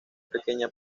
pequeña